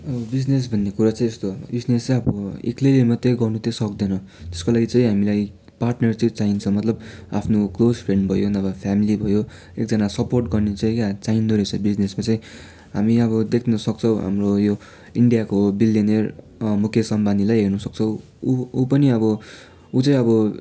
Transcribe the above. business भन्ने कुरो चाहिँ यस्तो हो बिजनेस चाहिँ अब एक्लैले मात्रै त गर्नु सक्दैन त्यसको लागि चाहिँ हामीलाई पार्टनर चाहिँ चाहिन्छ मतलब आफ्नो क्लोज फ्रेन्ड भयो नभए फ्यामिली भयो एकजना सपोर्ट गर्ने चाहिँ के चाहिँदो रहेछ बिजनेसको चाहिँ हामी अब देख्न सक्छौँ हाम्रो यो इन्डियाको बिलेनियर मुकेश अम्बानीलाई हेर्न सक्छौँ ऊ ऊ पनि अब ऊ चाहिँ अब